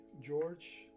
George